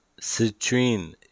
citrine